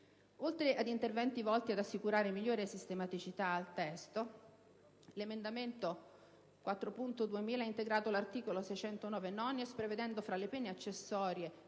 Oltre ad interventi volti ad assicurare migliore sistematicità al testo, l'emendamento 4.2000 ha integrato l'articolo 609-*nonies,* prevedendo fra le pene accessorie